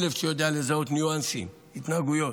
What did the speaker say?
כלב שיודע לזהות ניואנסים, התנהגויות,